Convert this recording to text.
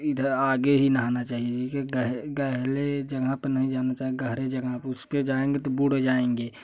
इधर आगे ही नहाना चाहिए क्योंकि गह गहरी जगह पर नहीं जाना चाहिए गहरी जगह पर उसके जाएंगे तो बुड़ जाएंगे